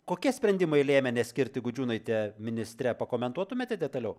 kokie sprendimai lėmė ne skirti gudžiūnaitę ministre pakomentuotumėte detaliau